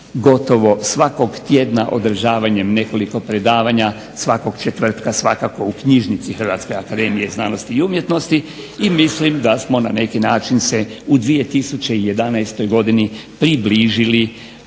gotovo svakog tjedna održavanjem nekoliko predavanja svakog četvrtka svakako u knjižnici Hrvatske akademije znanosti i umjetnosti i mislim da smo na neki način se u 2011. godini približili